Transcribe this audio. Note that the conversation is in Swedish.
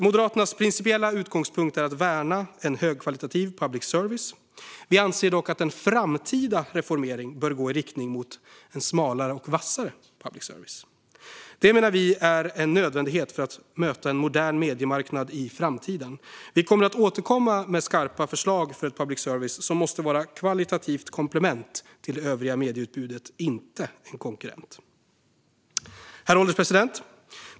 Moderaternas principiella utgångspunkt är att värna en högkvalitativ public service. Vi anser dock att en framtida reformering bör gå i riktning mot en smalare och vassare public service. Det menar vi är en nödvändighet för att möta en modern mediemarknad i framtiden. Vi kommer att återkomma med skarpa förslag för en public service som måste vara ett kvalitativt komplement till det övriga medieutbudet - inte en konkurrent. Herr ålderspresident!